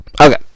Okay